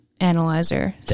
analyzer